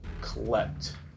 collect